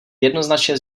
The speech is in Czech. jednoznačně